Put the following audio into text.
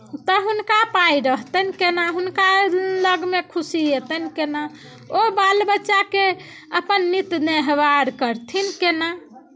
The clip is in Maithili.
तऽ हुनका पाइ रहतनि केना हुनका लगमे खुशी अयतनि केना ओ बाल बच्चाके अपन नित्य नेहवार करथिन केना